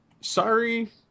Sorry